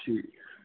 ठीक आहे